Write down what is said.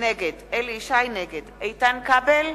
נגד איתן כבל,